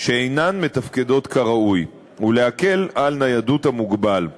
שאינן מתפקדות כראוי ולהקל על המוגבל את הניידות.